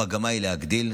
המגמה היא להגדיל.